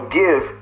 give